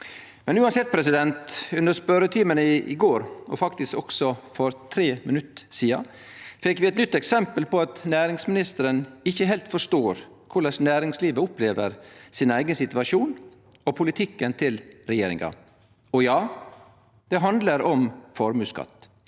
det sjølve politikken? Under spørjetimen i går, og faktisk også for 3 minutt sidan, fekk vi eit nytt eksempel på at næringsministeren ikkje heilt forstår korleis næringslivet opplever sin eigen situasjon og politikken til regjeringa – og ja, det handlar om formuesskatt.